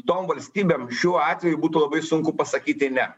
tom valstybėm šiuo atveju būtų labai sunku pasakyti ne